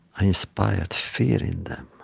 i inspired fear in them,